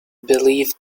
believed